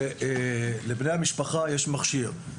לבני המשפחה יש מכשיר.